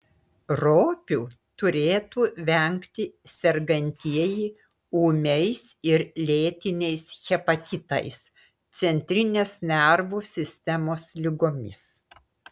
ropių turėtų vengti sergantieji ūmiais ir lėtiniais hepatitais centrinės nervų sistemos ligomis